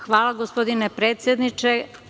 Hvala gospodine predsedniče.